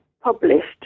published